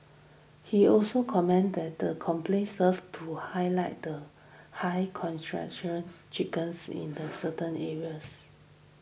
he also commented that the complaints served to highlight the high chickens in the certain areas